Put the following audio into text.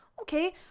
okay